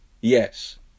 yes